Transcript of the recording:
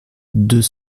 deux